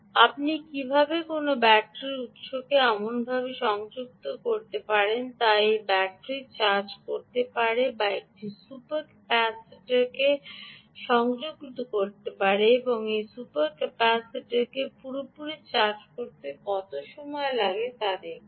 আপনি কীভাবে কোনও ব্যাটারি উত্সকে এমনভাবে সংযুক্ত করতে পারেন তা এই ব্যাটারিটি চার্জ করতে পারে বা একটি সুপার ক্যাপাসিটরটিকে সংযুক্ত করতে পারে এবং এই সুপার ক্যাপাসিটরটিকে পুরোপুরি চার্জ করতে কত সময় লাগে তা দেখুন